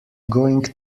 going